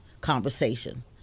conversation